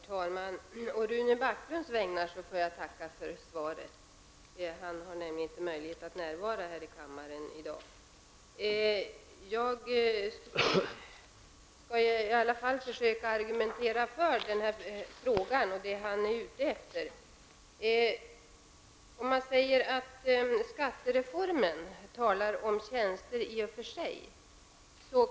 Herr talman! Å Rune Backlunds vägnar får jag tacka för svaret; Rune Backlund har inte möjlighet att närvara i kammaren i dag. Jag skall i alla fall försöka argumentera för frågan och för det han är ute efter. I skattereformen talar man i och för sig om tjänster.